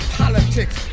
politics